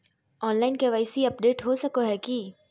Online KYC update हो सको है की?